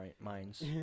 minds